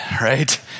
right